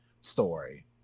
story